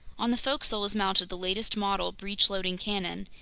on the forecastle was mounted the latest model breech-loading cannon,